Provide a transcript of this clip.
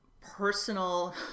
personal